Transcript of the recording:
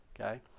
okay